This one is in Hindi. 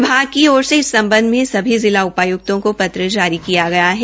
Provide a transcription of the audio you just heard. विभाग की ओर से इस सम्बंध में सभी जिला उपायुक्तों को पत्र जारी किया गया है